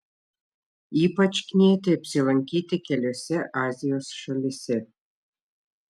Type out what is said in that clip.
ypač knieti apsilankyti keliose azijos šalyse